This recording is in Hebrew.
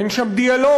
אין שם דיאלוג.